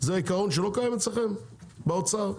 זה עקרון שלא קיים אצלכם במשרד האוצר?